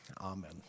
Amen